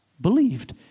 believed